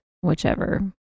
Whichever